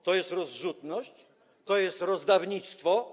To jest rozrzutność, to jest rozdawnictwo?